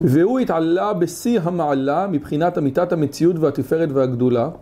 והוא התעלה בשיא המעלה מבחינת אמיתת המציאות והתפארת והגדולה